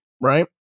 Right